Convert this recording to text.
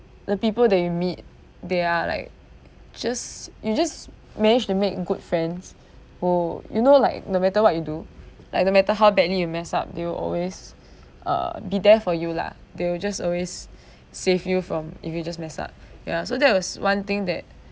the people that you meet they are like just you just manage to make good friends who you know like no matter what you do like no matter how badly you mess up they will always uh be there for you lah they will just always save you from if you just mess up ya so there was one thing that